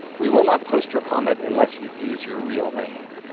we will not post your comment unless you use your real name.